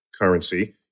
currency